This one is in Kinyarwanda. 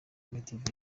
active